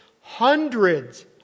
hundreds